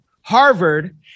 Harvard